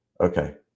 Okay